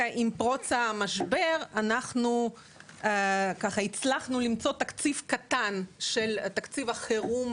עם פרוץ המשבר הצלחנו למצוא תקציב קטן מתקציב החירום